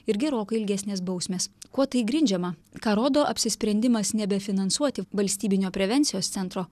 ir gerokai ilgesnės bausmės kuo tai grindžiama ką rodo apsisprendimas nebefinansuoti valstybinio prevencijos centro